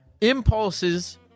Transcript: impulses